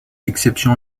exception